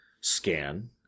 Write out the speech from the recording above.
scan